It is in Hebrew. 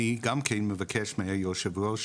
אני גם מבקש מיושב הראש